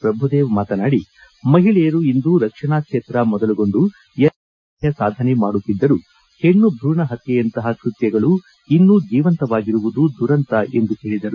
ಪ್ರಭುದೇವ್ ಮಾತನಾಡಿ ಮಹಿಳೆಯರು ಇಂದು ರಕ್ಷಣಾ ಕ್ಷೇತ್ರ ಮೊದಲುಗೊಂಡು ಎಲ್ಲಾ ಕ್ಷೇತ್ರಗಳಲ್ಲಿ ಗಣನೀಯ ಸಾಧನೆ ಮಾಡುತ್ತಿದ್ದರೂ ಪೆಣ್ಣು ಭೂಣ ಪತ್ಯೆಯಂತಪ ಕೃತ್ತಗಳು ಇನ್ನೂ ಜೀವಂತವಾಗಿರುವುದು ದುರಂತ ಎಂದು ಹೇಳಿದರು